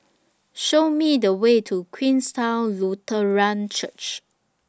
Show Me The Way to Queenstown Lutheran Church